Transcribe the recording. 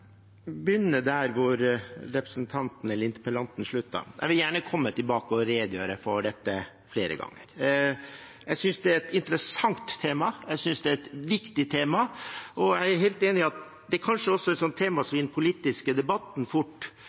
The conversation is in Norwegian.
begynne der hvor interpellanten sluttet. Jeg vil gjerne komme tilbake og redegjøre for dette flere ganger. Jeg synes det er et interessant tema, jeg synes det er et viktig tema, og jeg er helt enig i at dette kanskje også er et tema som i den politiske debatten fort